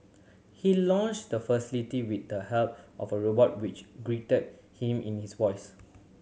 he launched the facility with the help of a robot which greeted him in his voice